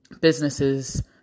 businesses